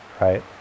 right